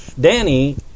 Danny